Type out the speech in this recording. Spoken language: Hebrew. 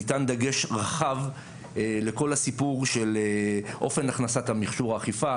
ניתן דגש רחב לכל הסיפור של אופן הכנסת מכשור האכיפה,